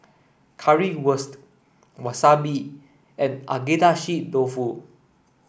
Currywurst Wasabi and Agedashi dofu